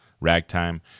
ragtime